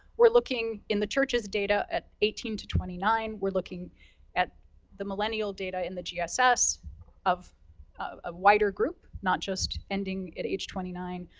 we're looking in the churches data at eighteen to twenty nine, we're looking at the millennial data in the gss of of a wider group, not just ending at age twenty nine.